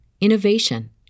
innovation